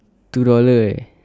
two dollar eh